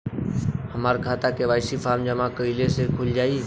हमार खाता KYC form जमा कइले से खुल जाई?